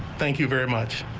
thank you very much.